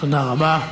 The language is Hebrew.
תודה רבה.